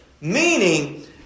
meaning